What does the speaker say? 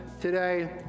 today